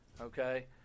Okay